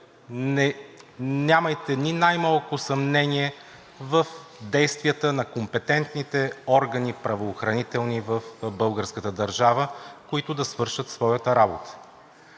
нямайте ни най-малко съмнение в действията на компетентните правоохранителни органи в българската държава, които да свършат своята работа.